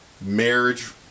Marriage